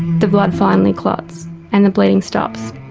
the blood finally clots and the bleeding stops